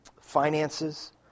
finances